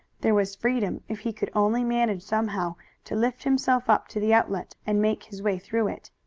there was freedom if he could only manage somehow to lift himself up to the outlet and make his way through it.